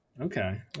Okay